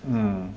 mm